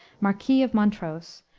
marquis of montrose,